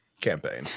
campaign